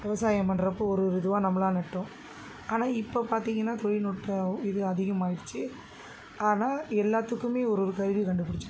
விவசாயம் பண்ணுறப்போ ஒரு ஒரு இதுவாக நம்மளா நட்டம் ஆனால் இப்போ பார்த்திங்கனா தொழில்நுட்பம் இது அதிகமாயிருச்சு ஆனால் எல்லாத்துக்குமே ஒரு கருவியை கண்டுபிடிச்சிட்டாங்க